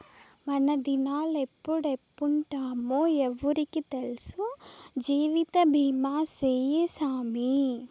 మనదినాలెప్పుడెప్పుంటామో ఎవ్వురికి తెల్సు, జీవితబీమా సేయ్యి సామీ